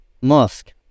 mosque